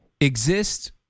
exist